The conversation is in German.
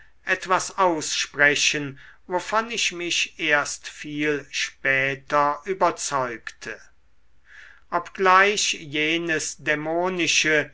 etwas aussprechen wovon ich mich erst viel später überzeugte obgleich jenes dämonische